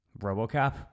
Robocop